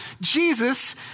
Jesus